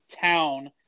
town